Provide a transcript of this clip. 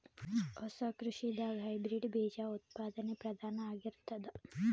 ಹೊಸ ಕೃಷಿದಾಗ ಹೈಬ್ರಿಡ್ ಬೀಜ ಉತ್ಪಾದನೆ ಪ್ರಧಾನ ಆಗಿರತದ